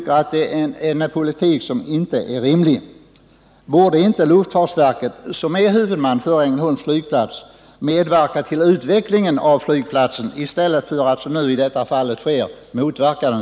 Enligt min mening är detta en orimlig politik. Borde inte luftfartsverket, som är huvudman för Ängelholms flygplats, medverka till utvecklingen av flygplatsen i stället för att som nu motverka den?